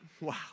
wow